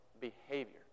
behavior